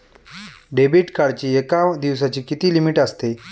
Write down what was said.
Debit कार्डची एका दिवसाची किती लिमिट असते?